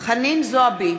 חנין זועבי,